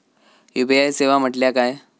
UPI सेवा म्हटल्या काय?